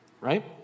right